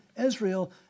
Israel